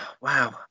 wow